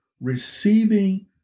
receiving